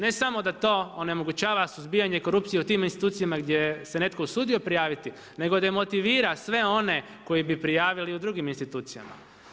Ne samo da to onemogućava suzbijanje korupcije u tim institucijama, gdje se netko usudio prijaviti, nego demotivira sve one koji bi prijavili u drugim institucijama.